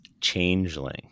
Changeling